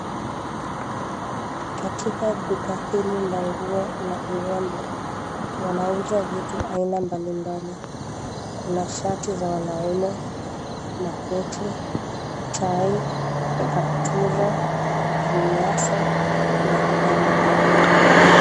Katika duka hili la nguo na urembo, wanauza vitu aina mbalimbali. Kuna shati za wanaume, makoti, tai, kaptura, vinyasa na kadhalika.